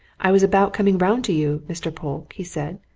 i was about coming round to you, mr. polke, he said.